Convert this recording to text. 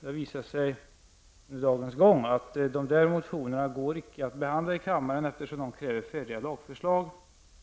Det har under dagens gång visat sig att dessa motioner inte går att behandla i kammaren, eftersom de kräver färdiga lagförslag,